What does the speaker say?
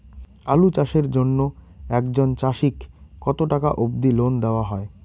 আলু চাষের জন্য একজন চাষীক কতো টাকা অব্দি লোন দেওয়া হয়?